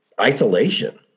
isolation